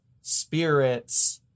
spirits